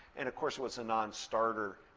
and of course, it was a non-starter,